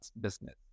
business